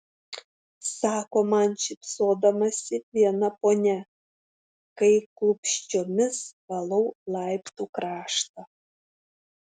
sako man šypsodamasi viena ponia kai klupsčiomis valau laiptų kraštą